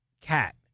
cat